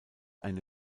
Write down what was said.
eine